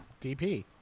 DP